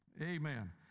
amen